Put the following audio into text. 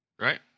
right